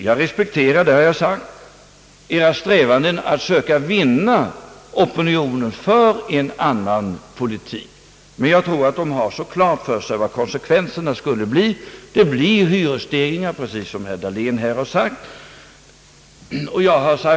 Jag respekterar, det har jag sagt, era strävanden att vinna opinionen för en annan politik, men jag tror att människorna har klart för sig att konsekvenserna av den blir hyresstegringar, precis som herr Dahlén har utvecklat här.